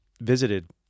visited